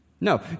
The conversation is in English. No